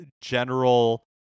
general